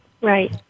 Right